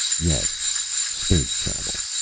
yes space travel.